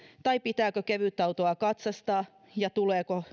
tai pitääkö kevytautoja katsastaa ja tuleeko